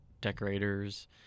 decorators